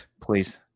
Please